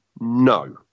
No